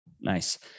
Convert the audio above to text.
Nice